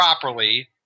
properly